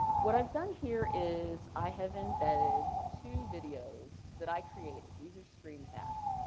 what i've done here is i have embedded two videos that i created. these are screen casts.